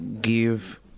give